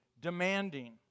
demanding